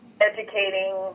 educating